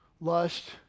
Lust